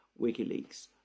WikiLeaks